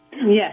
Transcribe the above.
Yes